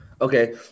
okay